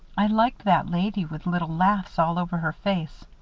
i liked that lady with little laughs all over her face.